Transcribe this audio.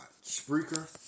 speaker